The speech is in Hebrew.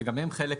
וגם הם חלק,